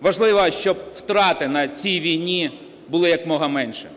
Важливо, щоб втрати на цій війні були якомога меншими.